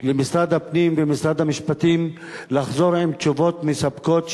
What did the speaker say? למשרד הפנים ומשרד המשפטים לחזור עם תשובות מספקות,